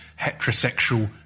heterosexual